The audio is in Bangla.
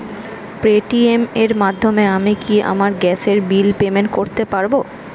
পেটিএম এর মাধ্যমে আমি কি আমার গ্যাসের বিল পেমেন্ট করতে পারব?